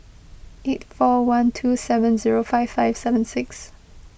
eight four one two seven zero five five seven six